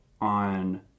on